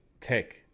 tech